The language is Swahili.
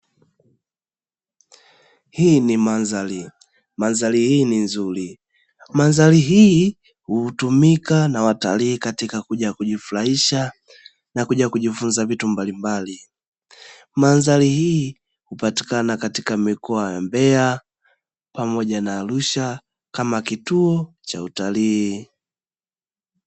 Hii ni mandhari, mandhari hii ni nzuri. Mandhari hii hutumika na watalii katika kuja kujifurahisha na kuja kujifunza vitu mbalimbali. Mandari hii hupatikana katika mikoa ya Mbeya pamoja na Arusha kama kituo cha utalii.